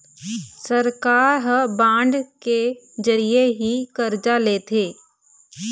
सरकार ह बांड के जरिया ही करजा लेथे